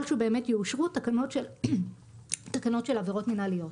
שבאמת יאושרו תקנות של עבירות מנהליות.